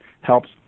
helps